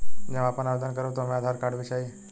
जब हम आवेदन करब त ओमे आधार कार्ड भी चाही?